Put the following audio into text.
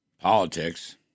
politics